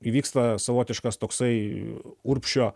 įvyksta savotiškas toksai urbšio